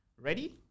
Ready